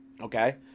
okay